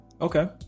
okay